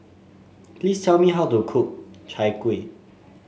please tell me how to cook Chai Kuih